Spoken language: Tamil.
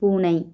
பூனை